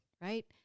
right